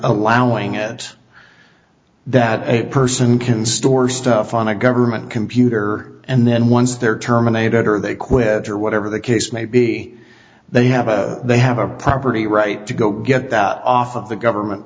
allowing at that a person can store stuff on a government computer and then once they're terminated or they quit or whatever the case may be they have a they have a property right to go get that off of the government